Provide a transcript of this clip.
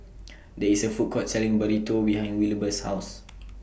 There IS A Food Court Selling Burrito behind Wilbur's House